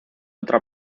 otra